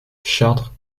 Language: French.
chartres